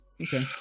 Okay